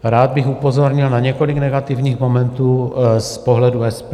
Rád bych upozornil na několik negativních momentů z pohledu SPD.